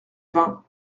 vingt